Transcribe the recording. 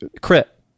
Crit